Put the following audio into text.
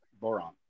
boron